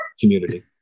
community